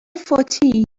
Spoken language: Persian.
فاطی